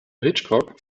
hitchcock